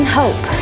hope